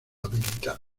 habilitado